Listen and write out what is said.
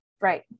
Right